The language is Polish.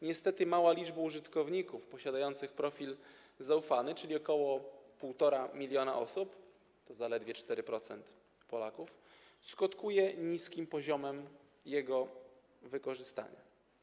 Niestety mała liczba użytkowników posiadających profil zaufany, czyli ok. 1,5 mln osób - to zaledwie 4% Polaków - skutkuje niskim poziomem jego wykorzystania.